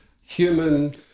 human